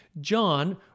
John